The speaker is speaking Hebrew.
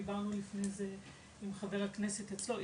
דיברנו לפני זה עם חבר הכנסת אצלו,